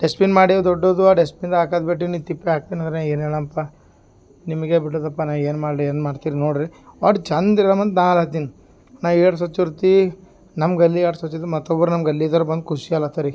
dustbin ಮಾಡಿ ದೊಡ್ಡದು ಆ ಡೆಸ್ಪಿನ್ ಹಾಕೋದ್ ಬಿಟ್ಟು ಇನ್ನು ತಿಪ್ಪಿಗೆ ಹಾಕ್ತೆನಂದ್ರೆ ಏನೇಳಪ್ಪ ನಿಮಗೆ ಬಿಡೋದಪ್ಪ ನಾ ಏನು ಮಾಡಲಿ ಏನು ಮಾಡ್ತೀರಿ ನೋಡಿರಿ ಒಟ್ ಚಂದ ಇರೋಮಂತ್ ನಾನೆಳತ್ತಿನಿ ನಾ ಏಡ್ ಸ್ವಚುರ್ತಿ ನಮ್ಮ ಗಲ್ಲಿ ಯಾರು ಸ್ವಚ್ಚತಿ ಮತ್ತೊಬ್ರು ನಮ್ಮ ಗಲ್ಲಿದೋರ್ ಬಂದು ಖುಷ್ಯಾಲತರಿ